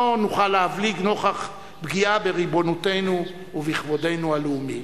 לא נוכל להבליג נוכח פגיעה בריבונותנו ובכבודנו הלאומי.